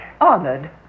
Honored